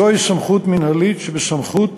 זוהי סמכות מינהלית שבסמכות